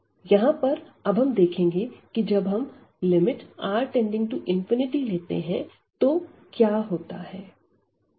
यहां पर अब हम देखेंगे कि जब हम R→∞ लेते हैं तो क्या होता है